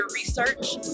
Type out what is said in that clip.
research